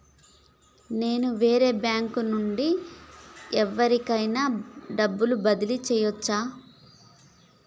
నేను వేరే బ్యాంకు నుండి ఎవలికైనా డబ్బు బదిలీ చేయచ్చా?